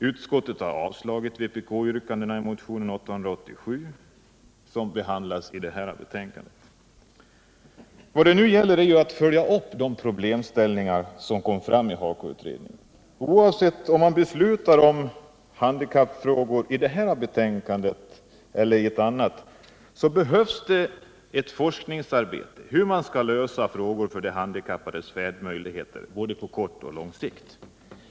Utskottet har avstyrkt vpk-yrkandena i motionen 887 som behandlas i detta betänkande. Vad det nu gäller är att följa upp de problemställningar som kom fram i HAKO-utredningen. Oavsett om man beslutar om handikappfrågor enligt detta betänkande eller ett annat, så behövs ett forskningsarbete för hur man skall lösa frågorna om de handikappades färdmöjligheter på både kort och lång sikt.